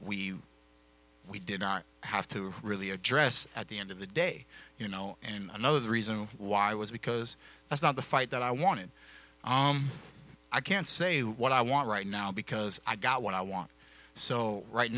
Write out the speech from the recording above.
we we didn't have to really address at the end of the day you know another reason why i was because that's not the fight that i wanted i can't say what i want right now because i got what i want so right